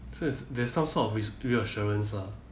so it's there some sort of risk reassurance lah